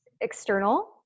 external